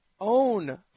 own